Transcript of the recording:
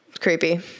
Creepy